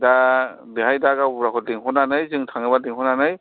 दा बेवहाय दा गावबुराखौ लिंहरनानै जोङो थाङोबा लिंहरनानै